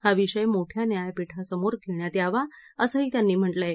हा विषय मोठ्या न्यायपीठासमोर घेण्यात यावा असंही त्यांनी म्हटलंय